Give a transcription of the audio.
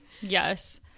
Yes